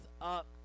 up